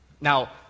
Now